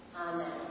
Amen